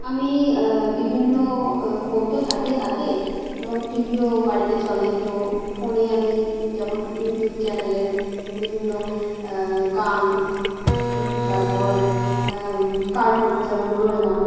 আমি বিভিন্ন ফোন তো থাকেই হাতে এবং টিভিও বাড়িতে চলে তো ফোনে আমি যেমন ইউটিউব চ্যানেলের বিভিন্ন গান তারপর কার্টুন যেমন ডোরেমন